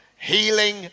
healing